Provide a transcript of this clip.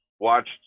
watched